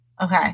Okay